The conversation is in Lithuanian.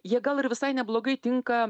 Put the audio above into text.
jie gal ir visai neblogai tinka